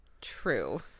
True